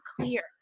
clear